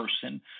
person